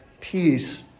peace